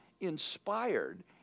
inspired